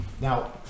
Now